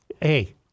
Hey